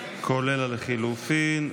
כולל לחלופין.